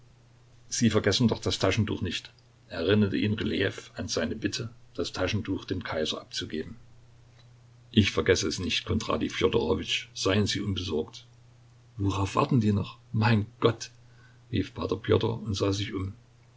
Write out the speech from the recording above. sie vergessen doch das taschentuch nicht erinnerte ihn rylejew an seine bitte das taschentuch dem kaiser abzugeben ich vergesse es nicht kondratij fjodorowitsch seien sie unbesorgt worauf warten die noch mein gott rief p pjotr und sah sich um